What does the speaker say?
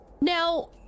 Now